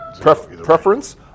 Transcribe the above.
Preference